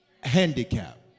handicap